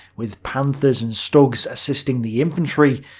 with panthers and stugs assisting the infantry,